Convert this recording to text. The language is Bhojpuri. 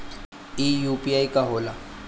ई यू.पी.आई का होला?